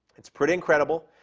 it's pretty incredible.